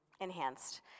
Enhanced